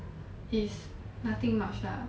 it's nothing much lah